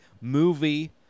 movie